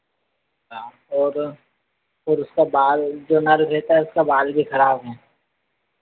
और और उसका बाल जो नल जो रहता है उसका बाल भी खराब है